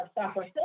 software